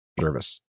service